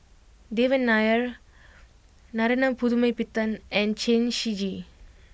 Devan Nair Narana Putumaippittan and Chen Shiji